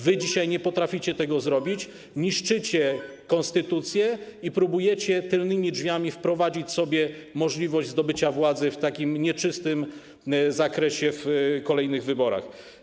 Wy dzisiaj nie potraficie tego zrobić, niszczycie konstytucję i próbujecie tylnymi drzwiami wprowadzić sobie możliwość zdobycia władzy w takim nieczystym zakresie w kolejnych wyborach.